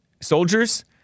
soldiers